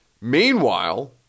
Meanwhile